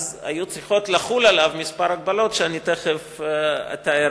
היו צריכות לחול עליו כמה הגבלות, שאני תיכף אתאר.